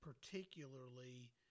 particularly